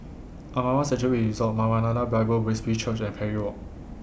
Amara Sanctuary Resort Maranatha Bible Presby Church and Parry Walk